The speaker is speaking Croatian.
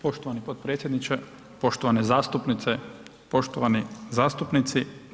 Poštovani potpredsjedniče, poštovane zastupnice, poštovani zastupnici.